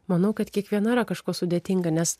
manau kad kiekviena yra kažkuo sudėtinga nes